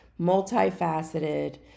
Multifaceted